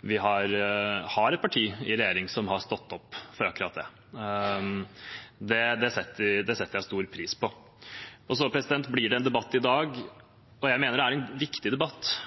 vi har et parti i regjering som har stått opp for akkurat det. Det setter jeg stor pris på. Det blir en debatt i dag, og jeg mener det er en viktig debatt,